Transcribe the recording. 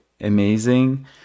amazing